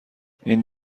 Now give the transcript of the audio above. این